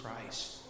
Christ